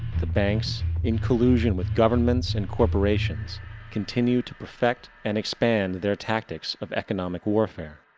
the banks in collusion with governments and corporations continue to perfect and expand their tactics of economic warfare,